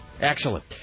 Excellent